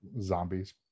zombies